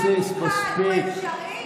לכן לא הגיוני שחיסול ממוקד הוא אפשרי,